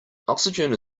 oxygen